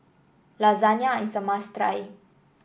Lasagna is a must try